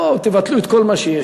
בואו תבטלו את כל מה שיש.